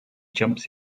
jumps